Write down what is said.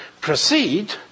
proceed